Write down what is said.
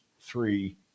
three